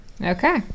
Okay